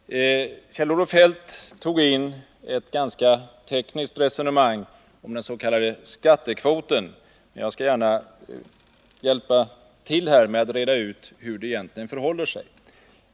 Herr talman! Kjell-Olof Feldt tog in ett ganska tekniskt resonemang om den s.k. skattekvoten. Jag skall gärna hjälpa till med att reda ut hur det egentligen förhåller sig.